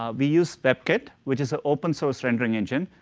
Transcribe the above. ah we use webkit, which is an open source rendering engine,